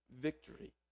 victory